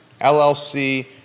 LLC